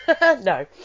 no